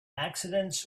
accidents